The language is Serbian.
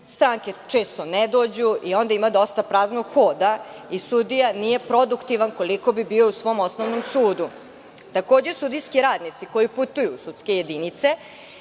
stranke često ne dođu i onda ima dosta praznog hoda i sudija nije produktivan koliko bi bio u svom osnovnom sudu. Takođe, sudijski radnici koji putuju u sudske jedinice